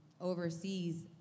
overseas